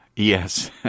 Yes